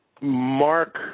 Mark